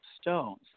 stones